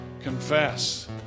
Confess